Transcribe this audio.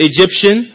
Egyptian